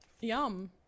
yum